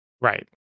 right